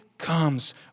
comes